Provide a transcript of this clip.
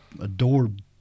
adored